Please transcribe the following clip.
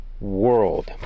world